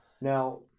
Now